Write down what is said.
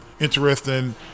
interesting